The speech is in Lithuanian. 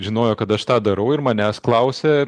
žinojo kad aš tą darau ir manęs klausė